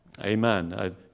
Amen